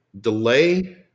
Delay